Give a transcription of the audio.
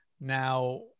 now